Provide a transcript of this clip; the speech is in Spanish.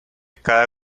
cada